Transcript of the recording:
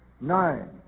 Nine